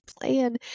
plan